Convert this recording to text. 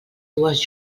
dues